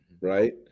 right